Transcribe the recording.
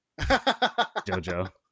Jojo